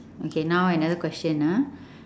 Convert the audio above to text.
okay now another question ah